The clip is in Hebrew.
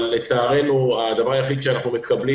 אבל לצערנו הדבר היחיד שאנחנו מקבלים